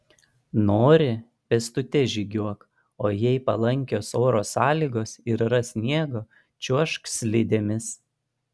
nori pėstute žygiuok o jei palankios oro sąlygos ir yra sniego čiuožk slidėmis